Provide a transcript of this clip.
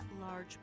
large